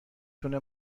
تونه